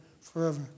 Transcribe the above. forever